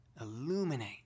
illuminate